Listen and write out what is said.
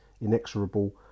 inexorable